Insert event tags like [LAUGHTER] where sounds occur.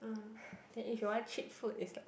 [BREATH] then if you want cheap food is like